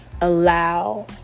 allow